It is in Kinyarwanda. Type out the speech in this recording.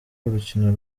urukino